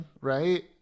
right